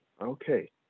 Okay